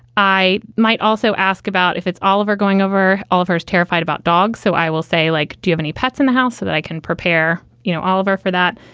i might also ask about if it's oliver going over oliver's terrified about dogs. so i will say, like, do you have any pets in the house so that i can prepare? you know, oliver for that.